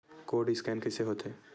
Code scan कइसे होथे?